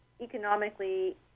economically